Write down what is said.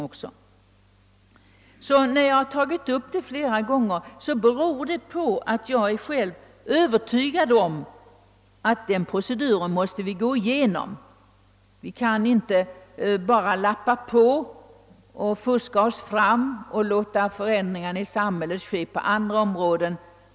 Att jag har tagit upp dessa frågor beror på att jag själv är övertygad om att vi måste gå igenom denna procedur. Vi kan inte bara lappa på och fuska oss fram och låta förändringarna i samhället ske på andra områden.